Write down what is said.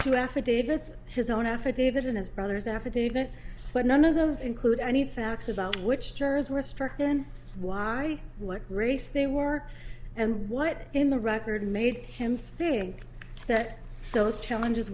two affidavits his own affidavit in his brother's affidavit but none of those include any facts about which jurors were struck in why what race they were and what in the record made him think that those challenges